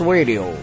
Radio